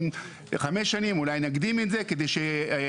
אם חמש שנים אולי נקדים את זה כדי שנביא